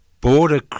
border